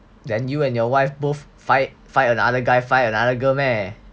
then you and your wife both find find another guy find another girl meh